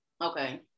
Okay